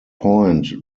point